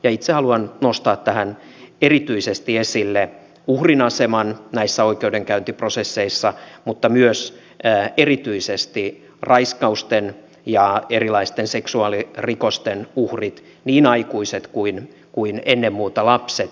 itse haluan nostaa tähän erityisesti esille uhrin aseman näissä oikeudenkäyntiprosesseissa mutta myös erityisesti raiskausten ja erilaisten seksuaalirikosten uhrit niin aikuiset kuin ennen muuta lapset